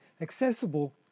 accessible